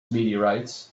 meteorites